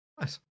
Nice